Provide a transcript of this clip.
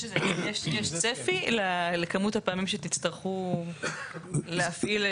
יש צפי לכמות הפעמים שתצטרכו להפעיל?